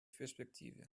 перспективе